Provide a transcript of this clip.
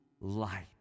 light